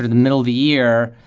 the middle of the year,